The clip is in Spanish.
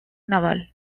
naval